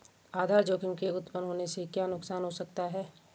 आधार जोखिम के उत्तपन होने से क्या नुकसान हो सकता है?